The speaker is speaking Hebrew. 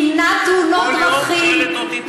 תמנע תאונות דרכים.